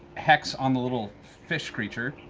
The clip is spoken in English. hex on the little fish creature.